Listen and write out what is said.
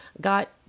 got